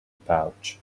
pouch